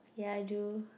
ya I do